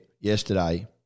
yesterday